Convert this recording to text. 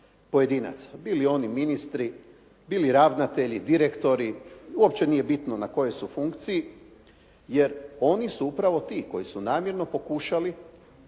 bili oni ministri, bili ravnatelji, direktori, uopće nije bitno na kojoj su funkciji, jer oni su upravo ti koji su namjerno pokušali prevariti